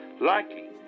likely